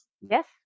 Yes